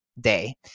Day